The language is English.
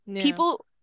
people